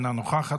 אינה נוכחת,